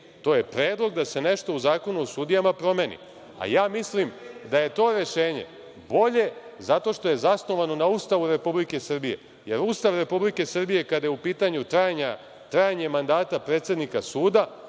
To je predlog da se nešto u Zakonu o sudijama promeni. Ja mislim da je to rešenje bolje zato što je zasnovano na Ustavu Republike Srbije. Ustav Republike Srbije, kada je u pitanju trajanje mandata predsednika suda,